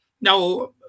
Now